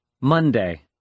Monday